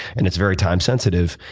and it's very time sensitive,